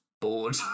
bored